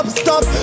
stop